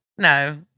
No